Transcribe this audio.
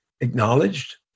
acknowledged